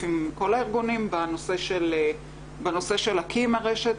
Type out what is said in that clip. עם כל הארגונים בנושא של להקים רשת,